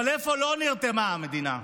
אבל איפה לא נרתמה המדינה?